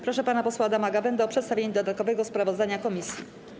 Proszę pana posła Adama Gawędę o przedstawienie dodatkowego sprawozdania komisji.